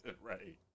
Right